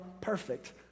perfect